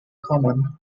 common